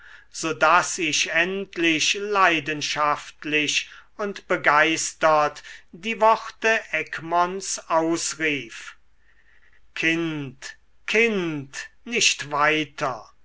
so daß ich endlich leidenschaftlich und begeistert die worte egmonts ausrief kind kind nicht weiter